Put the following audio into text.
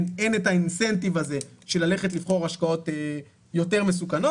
אין את האינסנטיב הזה של ללכת לבחור השקעות יותר מסוכנות.